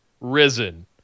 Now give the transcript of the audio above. risen